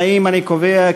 ההצבעה.